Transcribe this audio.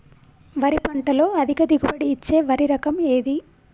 వరి పంట లో అధిక దిగుబడి ఇచ్చే వరి రకం ఏది?